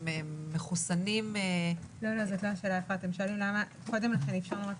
אני רוצה להבהיר.